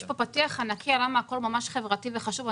יש פה פתיח ענקי על למה הכול ממש חברתי וחשוב.